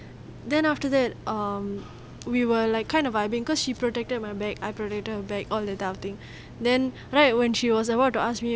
then after that um we were like kind of vibing because she protected my back and I protected her back all the type of things then right when she was about to ask me